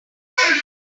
fence